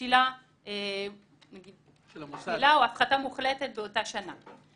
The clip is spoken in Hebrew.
בשלילה או הפחתה מוחלטת באותה שנה.